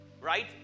right